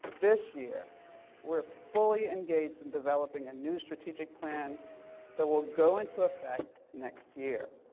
this year we're fully engaged in developing a new strategic plan that will go into effect next year.